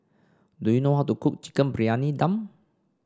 do you know how to cook Chicken Briyani Dum